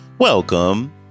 Welcome